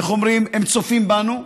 איך אומרים, הם צופים בנו.